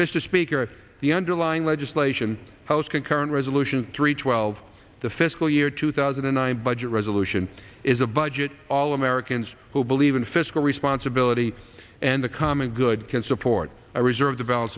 mr speaker the underlying legislation house concurrent resolution three twelve the fiscal year two thousand and nine budget resolution is a budget all americans who believe in fiscal responsibility and the common good can support i reserve